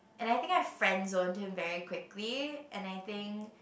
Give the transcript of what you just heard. and I think I friend zoned him very quickly and I think